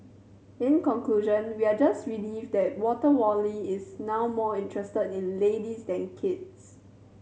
in conclusion we are just relieved that Water Wally is now more interested in ladies than kids